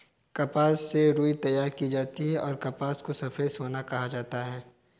कपास से रुई तैयार की जाती हैंऔर कपास को सफेद सोना कहा जाता हैं